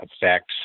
effects